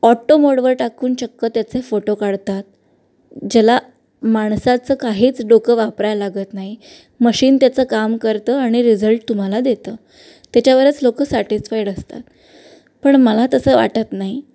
auto मोडवर टाकून चक्क त्याचे फोटो काढतात ज्याला माणसाचं काहीच डोकं वापराय लागत नाही मशीन त्याचं काम करतं आणि रिझल्ट तुम्हाला देतं त्याच्यावरच लोकं सॅटिस्फाईड असतात पण मला तसं वाटत नाही